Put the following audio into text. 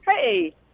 Hey